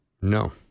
No